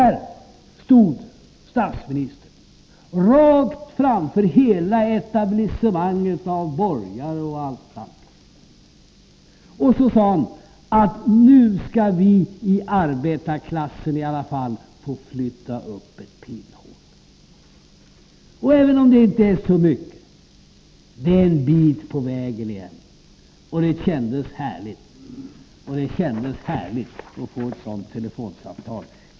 Där stod statsministern rakt framför hela etablissemanget av borgare och andra.” Sedan sade hon: Nu ska vi i arbetarklassen i alla fall få flytta upp ett pinnhål. Även om det inte är så mycket, är det en bit på väg igen.” Det kändes härligt att få ett sådant telefonsamtal.